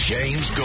James